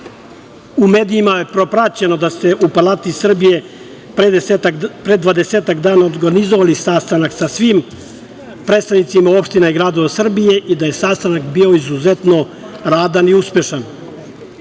U medijima je propraćeno da ste u Palati Srbije pre dvadesetak dana organizovali sastanak sa svim predstavnicima opština i gradova Srbije i da je sastanak bio u izuzetno radan i uspešan.S